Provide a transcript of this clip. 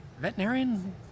veterinarian